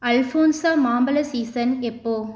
Alphonsa மாம்பழ season எப்போது